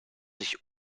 sich